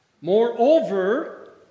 Moreover